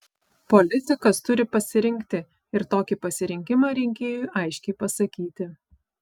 politikas turi pasirinkti ir tokį pasirinkimą rinkėjui aiškiai pasakyti